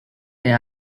est